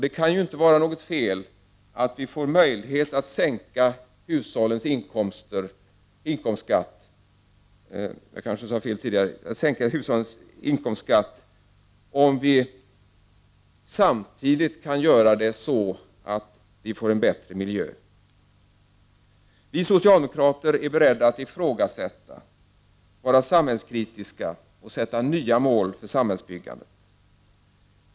Det kan ju inte vara fel att vi får möjligheter att sänka hushållens inkomstskatt om vi samtidigt kan göra det på ett sådant sätt att vi får en bättre miljö. Vi socialdemokrater är beredda att ifrågasätta, vara samhällskritiska och sätta nya mål för samhällsbyggandet.